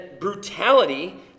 brutality